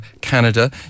Canada